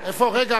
רגע, איפה גאלב?